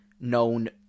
known